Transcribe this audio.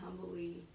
humbly